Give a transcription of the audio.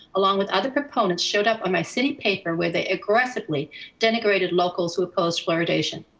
along with other proponents showed up on my city paper, where they aggressively denigrated locals who oppose fluoridation.